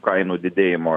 kainų didėjimo